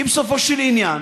כי בסופו של עניין